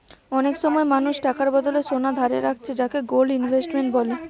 অনেক সময় মানুষ টাকার বদলে সোনা ধারে রাখছে যাকে গোল্ড ইনভেস্টমেন্ট বলে